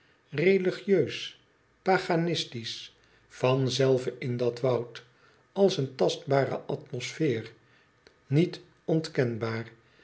religieus paganistiesch van zelve in dat woud als een tastbare atmosfeer niet